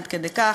עד כדי כך,